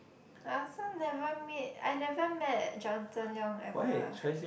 I also never meet I never met Jonathon-Leong ever